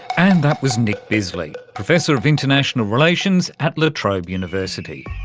and that was nick bisley, professor of international relations at la trobe university.